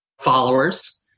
followers